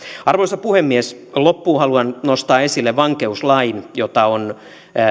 arvoisa puhemies loppuun haluan nostaa esille vankeuslain jota on